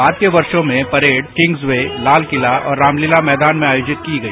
बाद के वर्षो में परेड किंग्जवे लाल किला और रामलीला मैदान में आयोजित की गई